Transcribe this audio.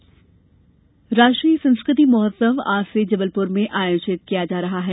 संस्कृति महोत्सव राष्ट्रीय संस्कृति महोत्सव आज से जबलपुर में आयोजित किया जा रहा है